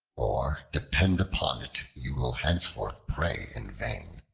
or depend upon it you will henceforth pray in vain.